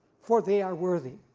for they are worthy.